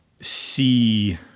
see